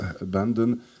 abandoned